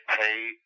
pay